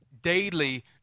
Daily